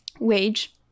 wage